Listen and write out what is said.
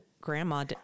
grandma